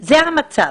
זה המצב.